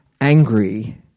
angry